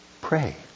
Pray